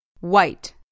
White